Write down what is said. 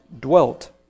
dwelt